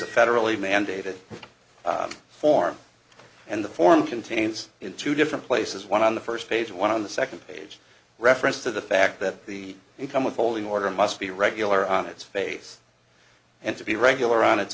a federally mandated form and the form contains in two different places one on the first page one on the second page reference to the fact that the income withholding order must be regular on its face and to be regular on its